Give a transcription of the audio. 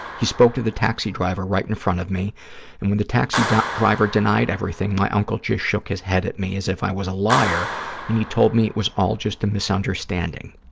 he spoke to the taxi driver right in front of me and, when the taxi driver denied everything, my uncle just shook his head at me as if i was a liar and he told me it was all just a misunderstanding.